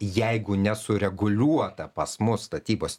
jeigu nesureguliuota pas mus statybos